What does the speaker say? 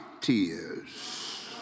tears